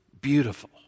beautiful